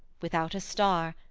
without a star,